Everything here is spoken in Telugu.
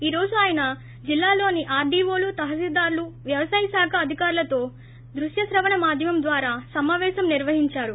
ఈ రోజు ఆయన జిల్లాలోని ఆర్ డి వో లు తాసిల్లార్ లు వ్యవసాయ శాఖ అధికారులతో దృక్యశ్రవణ మాద్యమం ద్వారా సమాపేశం నిర్వహించారు